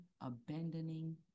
abandoning